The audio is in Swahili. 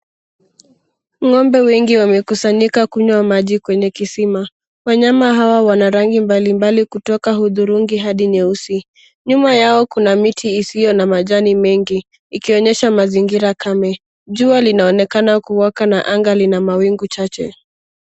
Ng'ombe wengi wamekusanyika kunywa maji kwenye kisima. Wanyama hawa wana rangi mbalimbali kutoka hudhurungi hadi nyeusi. Nyuma yao kuna miti isiyo na majani mengi, ikionyesha mazingira kame. Jua linaonekana kuwaka na anga lina mawingu chache.